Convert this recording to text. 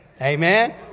Amen